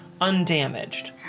undamaged